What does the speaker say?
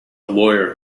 lawyer